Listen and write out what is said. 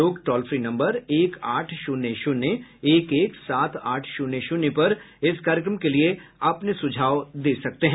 लोग toll free number एक आठ शून्य शून्य एक एक सात आठ शून्य शून्य पर इस कार्यक्रम के लिए अपने सुझाव दे सकते हैं